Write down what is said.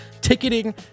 ticketing